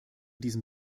diesem